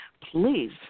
please